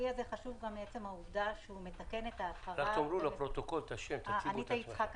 אני אניטה יצחק,